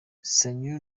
sanyu